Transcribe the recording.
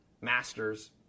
master's